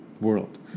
world